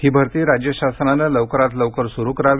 ती भरती राज्य शासनानं लवकरात लवकर सुरू करावी